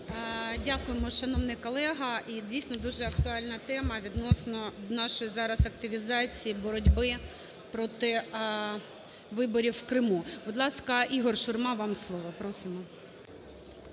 Дякуємо, шановний колега. І, дійсно, дуже актуальна тема відносно нашої зараз активізації боротьби проти виборів в Криму. Будь ласка, ІгорШурма, вам слово. Просимо.